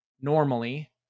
normally